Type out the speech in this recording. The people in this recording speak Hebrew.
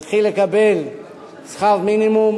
חייל יתחיל לקבל שכר מינימום,